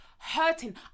Hurting